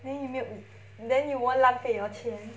then you milk then you won't 浪费 your 钱